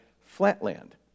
Flatland